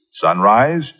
sunrise